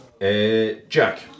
Jack